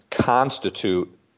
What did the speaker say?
constitute